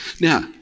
Now